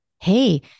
hey